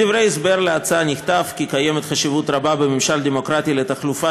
בדברי ההסבר להצעה נכתב כי יש חשיבות רבה בממשל דמוקרטי לתחלופה